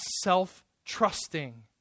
self-trusting